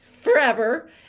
forever